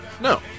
no